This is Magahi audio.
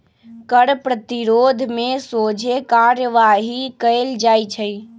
कर प्रतिरोध में सोझे कार्यवाही कएल जाइ छइ